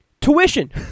Tuition